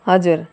हजुर